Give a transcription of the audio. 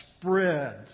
spreads